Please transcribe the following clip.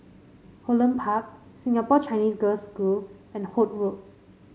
Holland Park Singapore Chinese Girls' School and Holt Road